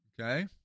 Okay